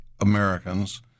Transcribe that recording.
Americans